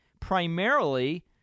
primarily –